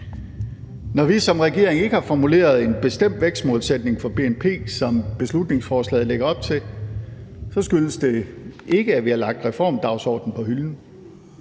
Når vi som regering ikke har formuleret en bestemt vækstmålsætning for bnp, som beslutningsforslaget lægger op til, skyldes det ikke, at vi har lagt reformdagsordenen på hylden,